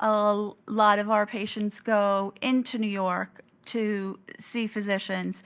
a lot of our patients go into new york to see physicians